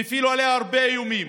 והפעילו עליה הרבה איומים,